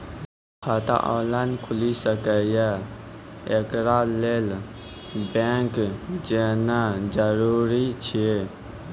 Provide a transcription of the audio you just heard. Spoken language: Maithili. खाता ऑनलाइन खूलि सकै यै? एकरा लेल बैंक जेनाय जरूरी एछि?